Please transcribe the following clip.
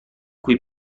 cui